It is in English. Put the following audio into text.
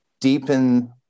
deepen